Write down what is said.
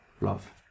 love